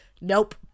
nope